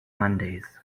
mondays